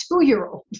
two-year-old